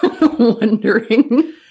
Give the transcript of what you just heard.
wondering